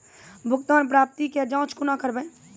भुगतान प्राप्ति के जाँच कूना करवै?